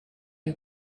you